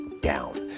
down